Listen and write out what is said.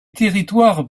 territoires